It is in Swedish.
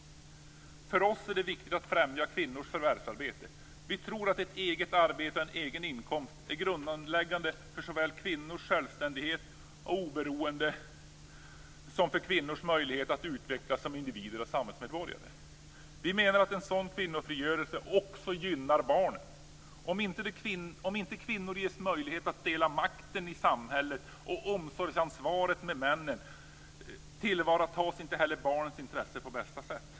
För oss är det viktigt att främja kvinnors förvärvsarbete. Vi tror att ett eget arbete och en egen inkomst är grundläggande för såväl kvinnors självständighet och oberoende som kvinnors möjligheter att utvecklas som individer och samhällsmedborgare. Vi menar att en sådan kvinnofrigörelse också gynnar barnen. Om inte kvinnor ges möjlighet att dela makten i samhället och omsorgsansvaret för barnen med männen, tillvaratas inte heller barnens intresse på bästa sätt.